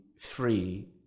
free